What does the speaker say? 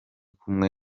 kumwe